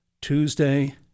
Tuesday